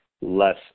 less